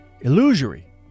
illusory